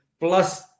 plus